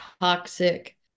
toxic